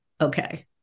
okay